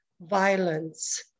violence